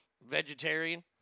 Vegetarian